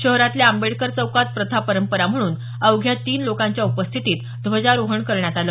शहरातल्या आंबेडकर चौकात प्रथा परंपरा म्हणून अवघ्या तीन लोकांच्या उपस्थितीत ध्वजारोहण करण्यात आलं